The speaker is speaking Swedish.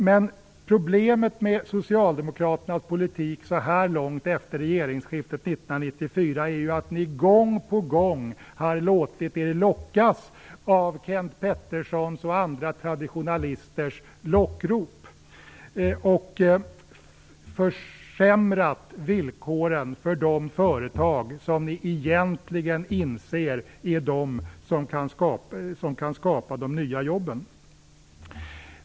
Men problemet med Socialdemokraternas politik så här långt efter regeringsskiftet 1994 är ju att ni gång på gång har låtit er lockas av Kenth Peterssons och andra traditionalisters lockrop. Ni har försämrat villkoren för de företag som, vilket ni egentligen inser, kan skapa de nya jobben.